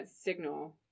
signal